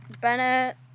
Bennett